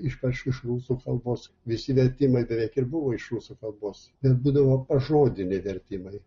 ypač iš rusų kalbos visi vertimai beveik ir buvo iš rusų kalbos bet būdavo pažodiniai vertimai